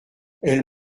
elle